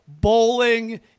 Bowling